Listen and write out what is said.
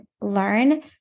learn